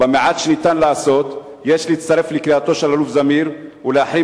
במעט שניתן לעשות יש להצטרף לקריאתו של אלוף זמיר ולהחרים